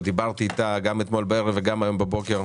דיברתי איתה גם אתמול בערב וגם היום בבוקר,